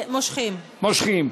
מושכים.